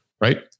Right